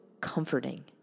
comforting